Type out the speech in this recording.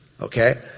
Okay